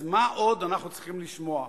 אז מה עוד אנחנו צריכים לשמוע?